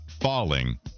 falling